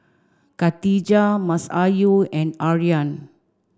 Khatijah Masayu and Aryan